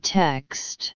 text